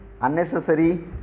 unnecessary